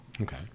Okay